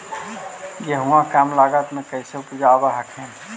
गेहुमा कम लागत मे कैसे उपजाब हखिन?